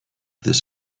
this